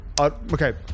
Okay